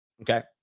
Okay